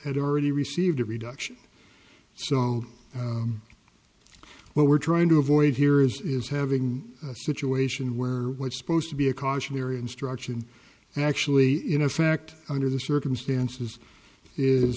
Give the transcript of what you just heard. had already received a reduction so what we're trying to avoid here is having a situation where what's supposed to be a cautionary instruction actually in a fact under the circumstances is